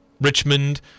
Richmond